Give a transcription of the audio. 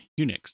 Unix